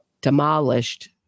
demolished